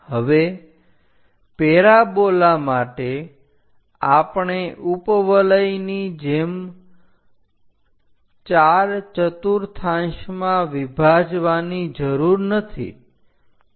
હવે પેરાબોલા માટે આપણે ઉપવલયની જેમ 4 ચતુર્થાંશમાં વિભાજવાની જરૂર નથી